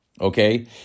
Okay